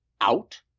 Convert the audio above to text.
out